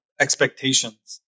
expectations